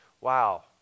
wow